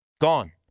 Gone